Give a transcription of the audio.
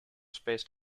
spaced